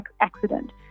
accident